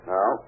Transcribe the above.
Now